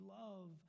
love